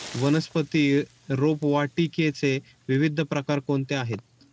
वनस्पती रोपवाटिकेचे विविध प्रकार कोणते आहेत?